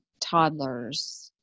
toddlers